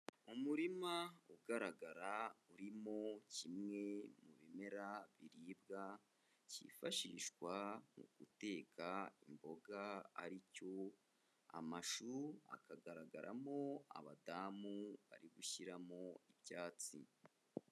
Umurima ugaragara urimo kimwe mu bimera biribwa, cyifashishwa mu guteka imboga ari cyo amashu, akagaragaramo abadamu bari gushyiramo ibyatsi.